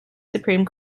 supreme